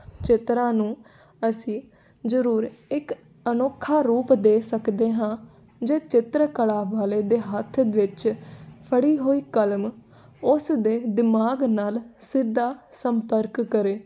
ਚਿੱਤਰਾਂ ਨੂੰ ਅਸੀਂ ਜ਼ਰੂਰ ਇੱਕ ਅਨੋਖਾ ਰੂਪ ਦੇ ਸਕਦੇ ਹਾਂ ਜੇ ਚਿੱਤਰਕਾਰ ਵਾਲੇ ਦੇ ਹੱਥ ਵਿੱਚ ਫੜੀ ਹੋਈ ਕਲਮ ਉਸ ਦੇ ਦਿਮਾਗ ਨਾਲ ਸਿੱਧਾ ਸੰਪਰਕ ਕਰੇ